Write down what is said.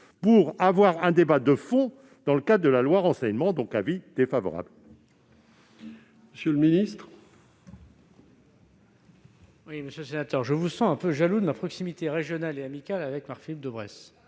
pour avoir un débat de fond dans le cadre de la loi Renseignement. Avis défavorable.